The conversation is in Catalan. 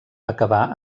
acabà